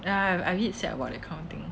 ya I'm a bit sad about that kind of thing